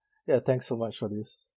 ya thanks so much for this